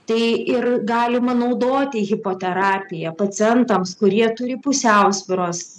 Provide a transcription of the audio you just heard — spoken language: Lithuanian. tai ir galima naudoti hipoterapiją pacientams kurie turi pusiausvyros